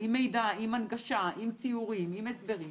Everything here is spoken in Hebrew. את יודעת, אני לתומי אולי,